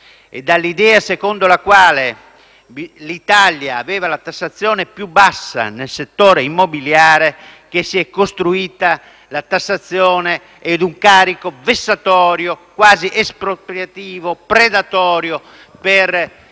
e dall'idea secondo la quale l'Italia aveva la tassazione più bassa nel settore immobiliare che si è costruita la tassazione ed un carico vessatorio, quasi espropriativo e predatorio per le